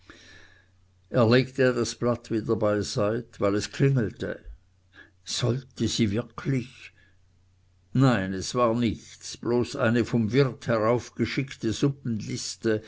er legte das blatt wieder beiseit weil es klingelte sollte sie wirklich nein es war nichts bloß eine vom wirt